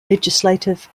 legislative